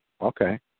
Okay